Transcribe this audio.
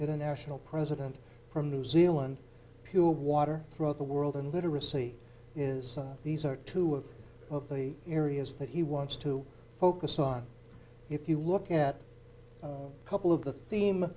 international president from new zealand cool water throughout the world and literacy is these are two oakley areas that he wants to focus on if you look at a couple of the theme